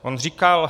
On říkal: